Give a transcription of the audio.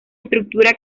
estructura